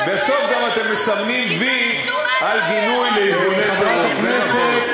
זה מסומן כבר.